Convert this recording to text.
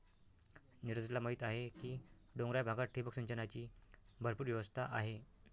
नीरजला माहीत आहे की डोंगराळ भागात ठिबक सिंचनाची भरपूर व्यवस्था आहे